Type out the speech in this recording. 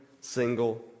single